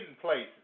places